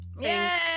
Yay